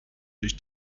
durch